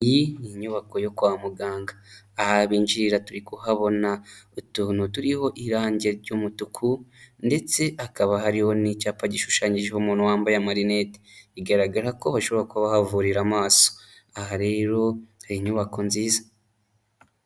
Iyi ni inyubako yo kwa muganga, aha binjirira turi kuhabona utuntu turiho irange ry'umutuku ndetse hakaba hariho n'icyapa gishushanyijeho umuntu wambaye amarinete, bigaragara ko hashobora kuba bahavurira amaso, aha rero hari inyubako nziza.